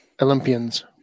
Olympians